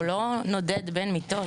הוא לא נודד בין מיטות.